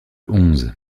onze